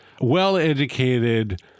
well-educated